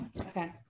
Okay